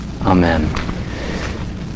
Amen